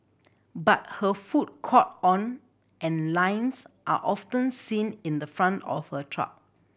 but her food caught on and lines are often seen in the front of her truck